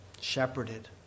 shepherded